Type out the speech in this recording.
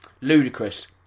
ludicrous